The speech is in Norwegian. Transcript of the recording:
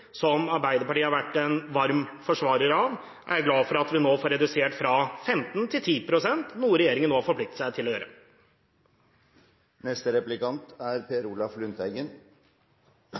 som Arbeiderpartiet har vært en varm forsvarer av. Jeg er glad for at vi får redusert det fra 15 pst. til 10 pst., noe regjeringen nå har forpliktet seg til å gjøre.